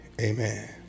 amen